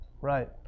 right